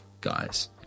guys